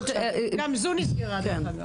דרך-אגב, גם זו נסגרה.